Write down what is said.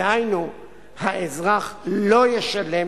דהיינו, האזרח לא ישלם